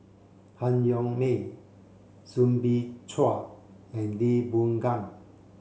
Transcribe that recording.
Han Yong May Soo Bin Chua and Lee Boon Ngan